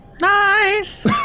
Nice